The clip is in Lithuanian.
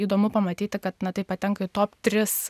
įdomu pamatyti kad na taip patenka į top tris